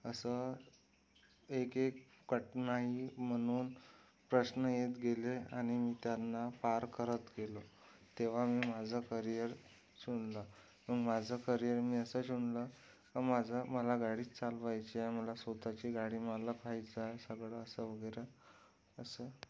असं एक एक कठनाई म्हणून प्रश्न येत गेले आणि मी त्यांना पार करत गेलो तेव्हा मी माझं करियर चुनलं माझं करियर मी असं चुनलं का माझं मला गाडीच चालवायचीय मला स्वतःची गाडी मला पाहायचंय सगळं असं वगैरे असं